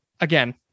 again